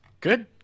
good